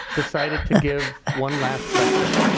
decided to give one last lecture.